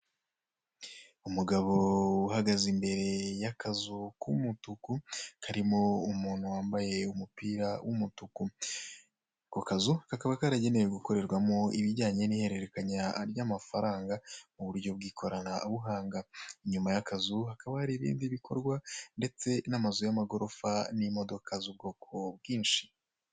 Umugabo uhagaze imbere y'akazu k'umutuku, karimo umuntu wambaye umupira w'umutuku, ako kuzu kakaba karagenewe gukorerwamo ibijyanye n'ihererekanya ry'amafaranga mu buryo bw'ikoranabuhanga, inyuma y'akazu hakaba hari ibindi bikorwa ndetse n'amazu y'amagorofa n'imodoka z'ubwoko bwinshi.